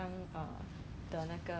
to drive you all lah